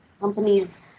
Companies